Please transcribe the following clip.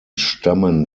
stammen